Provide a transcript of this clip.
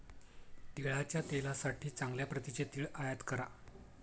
तिळाच्या तेलासाठी चांगल्या प्रतीचे तीळ आयात करा